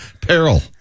peril